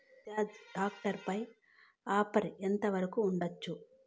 Bajaj tractor పై offer ఎంత వరకు ఉండచ్చు?